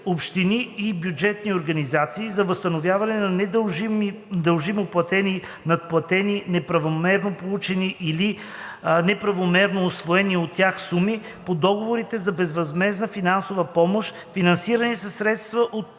общини и бюджетни организации, за възстановяване на недължимо платени, надплатени, неправомерно получени или неправомерно усвоени от тях суми по договорите за безвъзмездна финансова помощ, финансирани със средства по